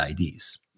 IDs